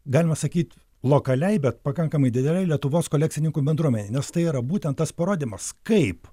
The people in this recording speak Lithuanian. galima sakyt lokaliai bet pakankamai didelei lietuvos kolekcininkų bendruomenei nes tai yra būtent tas parodymas kaip